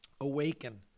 Awaken